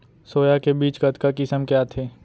Soya के बीज कतका किसम के आथे?